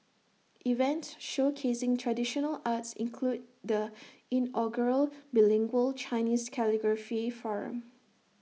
events showcasing traditional arts include the inaugural bilingual Chinese calligraphy forum